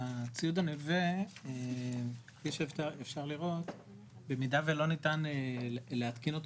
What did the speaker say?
הציוד הנלווה כפי שאפשר לראות במידה ולא ניתן להתקין אותו